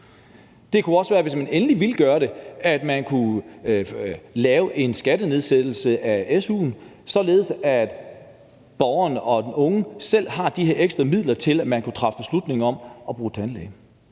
Det kunne også være, hvis man endelig ville gøre det, at man kunne lave en skattenedsættelse i forhold til su'en, således at den unge med de her ekstra midler selv kunne træffe beslutning i forhold til at gå til tandlæge.